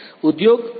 ઉદ્યોગ 4